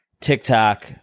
TikTok